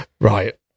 Right